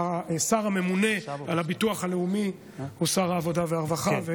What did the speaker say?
השר הממונה על הביטוח הלאומי הוא שר העבודה והרווחה.